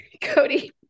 Cody